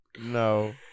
No